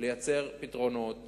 לייצר פתרונות